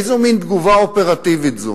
איזה מין תגובה אופרטיבית זו?